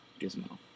Gizmo